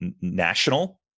national